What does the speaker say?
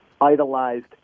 idolized